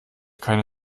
keine